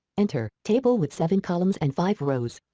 enter. table with seven columns and five rows.